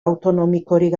autonomikorik